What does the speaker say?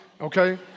okay